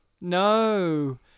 No